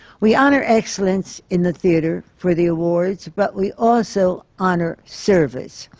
we honor excellence in the theatre for the awards, but we also honor service.